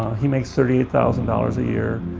he makes thirty eight thousand dollars a year.